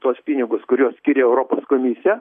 tuos pinigus kuriuos skyrė europos komisija